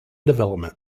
development